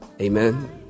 Amen